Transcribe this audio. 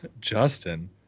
Justin